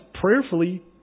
prayerfully